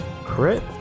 Crit